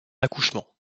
accouchement